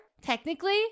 technically